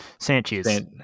Sanchez